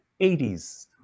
80s